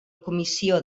comissió